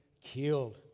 killed